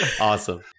Awesome